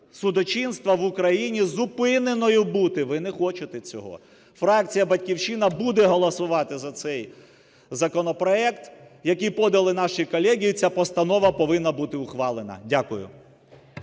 судочинства в Україні зупиненою бути, ви не хочете цього. Фракція "Батьківщина" буде голосувати за цей законопроект, який подали наші колеги і ця постанова повинна бути ухвалена. Дякую.